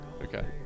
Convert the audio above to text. Okay